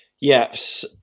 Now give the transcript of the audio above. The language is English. Yes